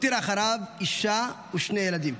הותיר אחריו אישה ושני ילדים.